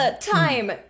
time